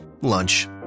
Lunch